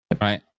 Right